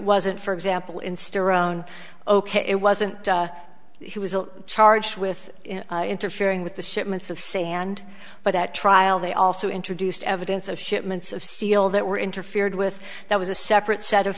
wasn't for example in store own ok it wasn't he was a charged with interfering with the shipments of sand but at trial they also introduced evidence of shipments of steel that were interfered with that was a sec that set of